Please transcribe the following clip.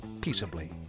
peaceably